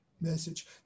message